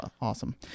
awesome